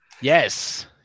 Yes